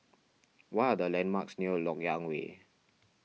what are the landmarks near Lok Yang Way